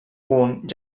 punt